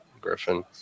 Griffin